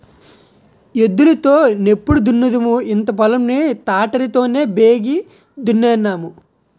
ఎద్దులు తో నెప్పుడు దున్నుదుము ఇంత పొలం ని తాటరి తోనే బేగి దున్నేన్నాము